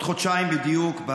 עוד חודשיים בדיוק,